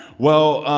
well,